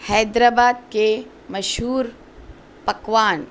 حیدرآباد کے مشہور پکوان